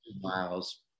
miles